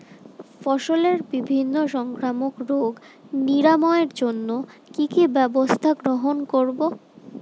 ফসলের বিভিন্ন সংক্রামক রোগ নিরাময়ের জন্য কি কি ব্যবস্থা গ্রহণ করব?